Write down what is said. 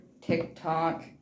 TikTok